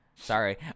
Sorry